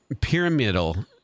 pyramidal